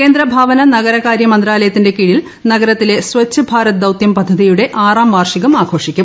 കേന്ദ്ര ഭവന നഗര കാര്യ മന്ത്രാലയത്തിന്റെ കീഴിൽ നഗരത്തിലെ സ്വച്ച് ഭാരത് ദൌത്യം പദ്ധതിയുടെ ആറാം വാർഷികവും ആഘോഷിക്കും